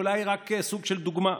הוא אולי רק סוג של דוגמה.